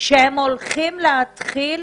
שהם הולכים להתחיל